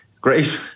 great